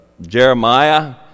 Jeremiah